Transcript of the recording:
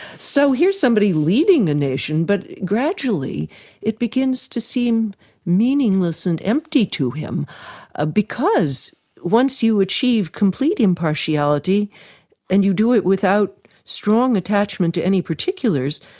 so here's somebody leading a nation but gradually it begins to seem meaningless and empty to him ah because once you achieve complete impartiality and you do it without strong attachment to any particulars,